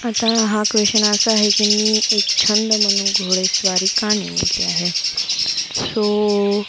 आता हा क्वेश्चन असा आहे की मी एक छंद म्हणून घोडेस्वारी का निवडली आहे सो